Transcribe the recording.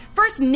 First